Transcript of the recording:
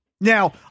Now